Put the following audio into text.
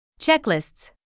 checklists